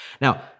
Now